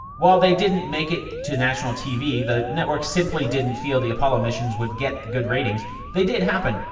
while they didn't make it to national tv the networks simply didn't feel the apollo missions would get good ratings they did happen.